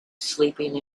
sleeping